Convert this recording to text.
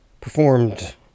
performed